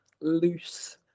loose